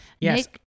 yes